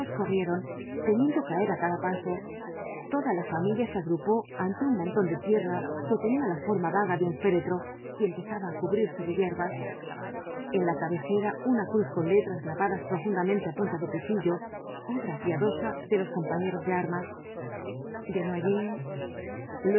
corrieron temiendo caer á cada paso toda la familia se agrupó ante un montón de tierra que tenía la forma vaga de un féretro y empezaba á cubrirse de hierbas en la cabecera una cruz con letras grabadas profundamente á punta de cuchillo obra piadosa délos compañeros de armas